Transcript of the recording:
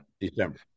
December